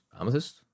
Amethyst